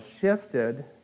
shifted